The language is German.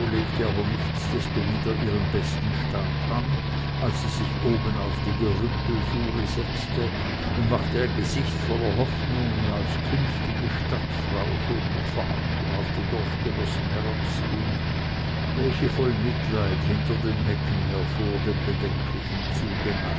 legte aber nichtsdestominder ihren besten staat an als sie sich oben auf die gerümpelfuhre setzte und machte ein gesicht voller hoffnungen als künftige stadtfrau schon mit verachtung auf die dorfgenossen herabsehend welche voll mitleid hinter den hecken hervor dem bedenklichen zuge